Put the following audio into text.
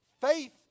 Faith